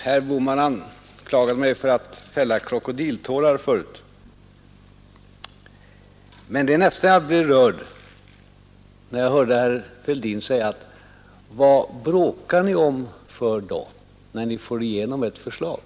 Herr Bohman anklagade mig tidigare för att fälla krokodiltårar, men jag blev nästan rörd när jag hörde herr Fälldin säga: Vad bråkar ni om, när ni får igenom ert förslag?